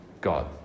God